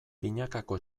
binakako